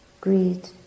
greed